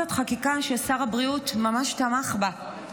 זאת חקיקה ששר הבריאות ממש תמך בה,